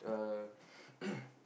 uh